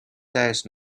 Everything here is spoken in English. days